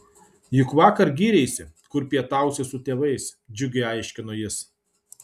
juk vakar gyreisi kur pietausi su tėvais džiugiai aiškino jis